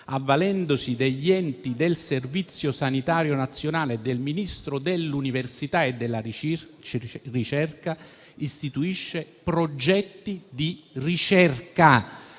avvalendosi degli enti del Servizio sanitario nazionale e del Ministero dell'università e della ricerca, istituisce progetti di ricerca